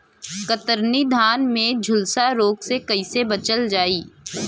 कतरनी धान में झुलसा रोग से कइसे बचल जाई?